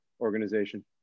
organization